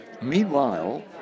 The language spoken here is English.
meanwhile